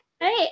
Hey